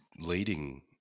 leading